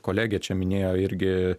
kolegė čia minėjo irgi